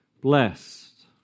blessed